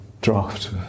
draft